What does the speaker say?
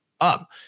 up